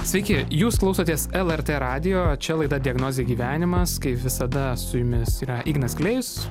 sveiki jūs klausotės lrt radijo čia laida diagnozė gyvenimas kaip visada su jumis yra ignas klėjus